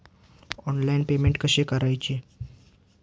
Online payment कसे करायचे?